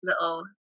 little